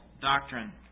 doctrine